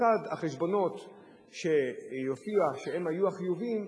לצד החשבונות שיופיעו בטור החיובים,